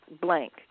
blank